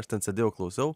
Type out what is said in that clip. aš ten sėdėjau klausiau